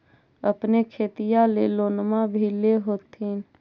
अपने खेतिया ले लोनमा भी ले होत्थिन?